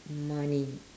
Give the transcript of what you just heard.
money